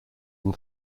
than